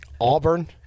Auburn